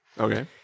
Okay